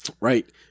Right